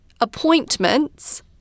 appointments